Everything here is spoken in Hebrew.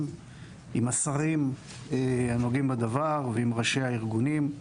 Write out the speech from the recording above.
עם השרים הנוגעים בדבר ועם ראשי הארגונים.